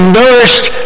nourished